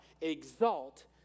exalt